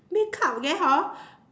make up then hor